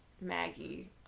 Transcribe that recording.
Maggie